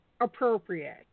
appropriate